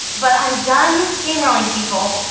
but i'm done steamrolling people.